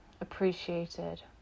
appreciated